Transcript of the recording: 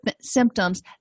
symptoms